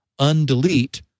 undelete